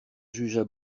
jugea